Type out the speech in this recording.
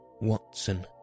Watson